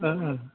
ओ ओ